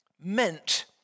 meant